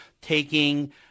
taking